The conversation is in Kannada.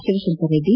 ಶಿವಶಂಕರರೆಡ್ಡಿ